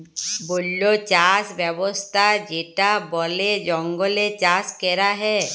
বল্য চাস ব্যবস্থা যেটা বলে জঙ্গলে চাষ ক্যরা হ্যয়